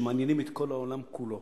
שמעניינים את כל העולם כולו.